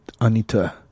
anita